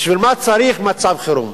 בשביל מה צריך מצב חירום?